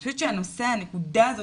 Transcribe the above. אני חושבת שהנושא והנקודה הזאת,